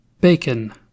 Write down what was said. Bacon